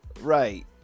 Right